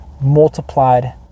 multiplied